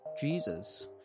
Jesus